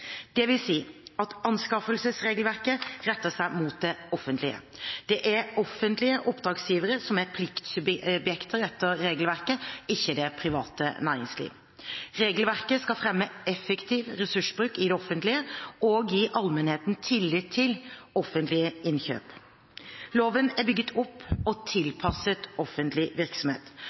dvs. at anskaffelsesregelverket retter seg mot det offentlige. Det er offentlige oppdragsgivere som er pliktsubjekter etter regelverket, ikke det private næringsliv. Regelverket skal fremme effektiv ressursbruk i det offentlige og gi allmennheten tillit til offentlig innkjøpsvirksomhet. Loven er bygget opp og tilpasset offentlig virksomhet.